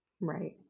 right